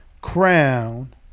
crown